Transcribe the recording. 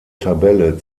tabelle